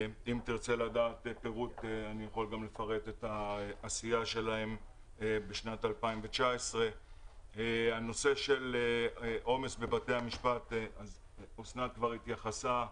אם תרצה אוכל לפרט את העשייה שלהם בשנת 2019. לגבי נושא העומס בבתי המשפט אסנת כבר התייחסה,